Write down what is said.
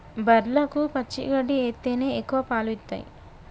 బర్లకు పచ్చి గడ్డి ఎత్తేనే ఎక్కువ పాలు ఇత్తయ్